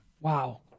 Wow